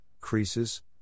creases